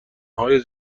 های